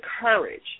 courage